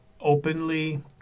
openly